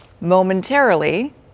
momentarily